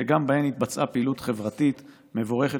שגם בהן התבצעה פעילות חברתית מבורכת